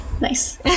nice